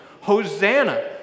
Hosanna